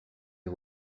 mes